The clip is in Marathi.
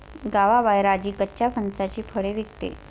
गावाबाहेर आजी कच्च्या फणसाची फळे विकते